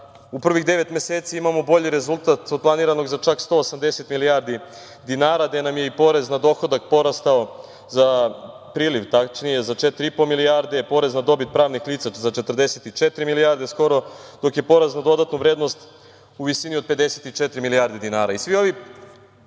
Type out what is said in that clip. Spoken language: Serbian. u prvih devet meseci imamo bolji rezultat od planiranog za čak 180 milijardi dinara, da nam je i porez na dohodak porastao, priliv tačnije, za 4,5 milijarde, porez na dobit pravnih lica za 44 milijarde skoro, dok je porez na dodatu vrednost u visini od 54 milijarde dinara.